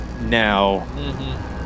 now